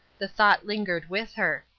the thought lingered with her.